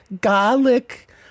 Garlic